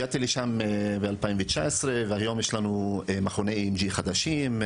הגעתי לשם ב-2019 והיום יש לנו מכוני EMG חדשים,